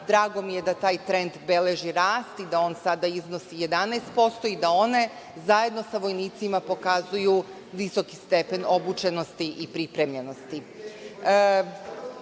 Drago mi je da taj trend beleži rast i da on sada iznosi 11% i da one zajedno sa vojnicima pokazuju visok stepen obučenosti i pripremljenosti. Redovno